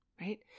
right